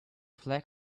flag